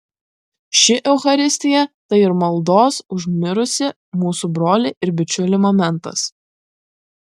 ši eucharistija tai ir maldos už mirusį mūsų brolį ir bičiulį momentas